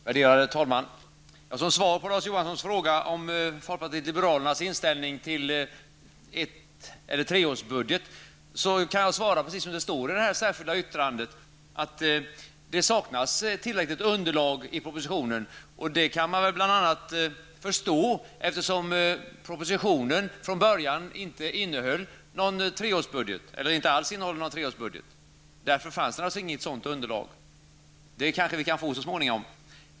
Värderade talman! Som svar på Larz Johanssons fråga om folkpartiet liberalernas inställning till ettårs eller treårsbudget kan jag svara precis som det står i det särskilda yttrandet, att det saknas tillräckligt underlag i propositionen. Det kan man väl förstå, eftersom propositionen inte alls innehåller någon treårsbudget. Därför fanns det naturligtvis inget sådant underlag, men det kanske vi kan få så småningom.